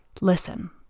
listen